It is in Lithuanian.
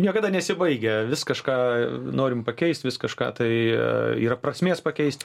niekada nesibaigia vis kažką norim pakeist vis kažką tai yra prasmės pakeist